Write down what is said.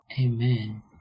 Amen